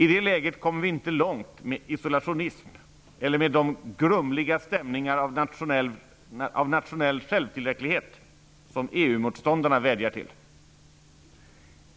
I det läget kommer vi inte långt med isolationism eller med de grumliga stämningar av nationell självtillräcklighet som EU-motståndarna vädjar till.